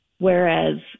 Whereas